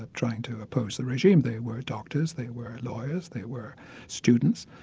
trying to oppose the regime, they were doctors, they were lawyers, they were students.